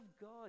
God